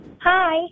Hi